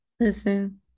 listen